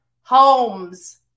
Holmes